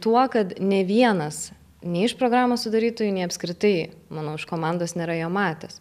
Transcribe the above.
tuo kad ne vienas nei iš programos sudarytojų nei apskritai manau iš komandos nėra jo matęs